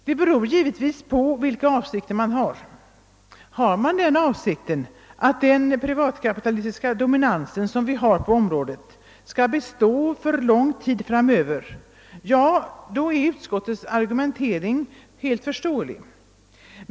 Det beror givetvis på vilka avsikterna är. Har man den avsikten att den privatkapitalistiska dominansen på området skall bestå för lång tid framöver, så är utskottets argumentering helt förståelig.